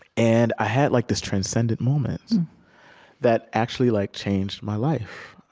and i had like this transcendent moment that actually like changed my life.